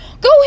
Go